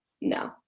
no